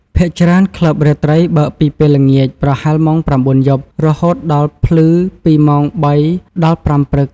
ភាគច្រើន ក្លឹបរាត្រីបើកពីពេលល្ងាច ប្រហែលម៉ោង ៩ យប់ រហូតដល់ភ្លឺ ពីម៉ោង ៣ ដល់ ៥ ព្រឹក។